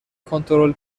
کنترل